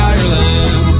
Ireland